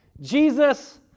Jesus